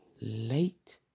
late